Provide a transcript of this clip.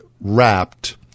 wrapped